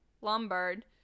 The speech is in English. Lombard